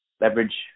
Leverage